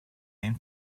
name